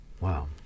Wow